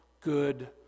good